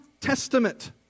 Testament